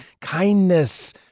kindness